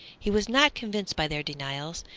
he was not convinced by their denials,